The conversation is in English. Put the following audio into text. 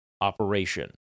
operation